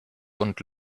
und